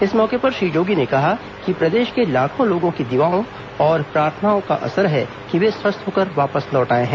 इस मौके पर श्री जोगी ने कहा कि प्रदेश के लाखों लोगों की दुवाओं और प्रार्थना का असर है कि वे स्वस्थ होकर वापस लौट आए हैं